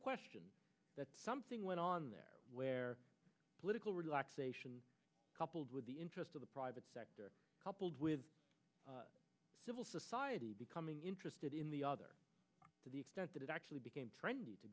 question that something went on there where political relaxation coupled with the interest of the private sector coupled with civil society becoming interested in the other to the extent that it actually became trend